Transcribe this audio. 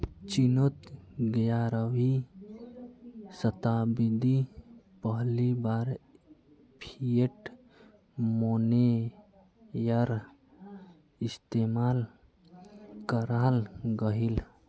चिनोत ग्यारहवीं शाताब्दित पहली बार फ़िएट मोनेय्र इस्तेमाल कराल गहिल